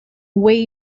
wade